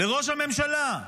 לראש הממשלה.